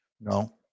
No